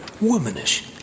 womanish